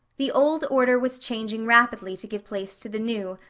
the old order was changing rapidly to give place to the new,